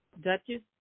duchess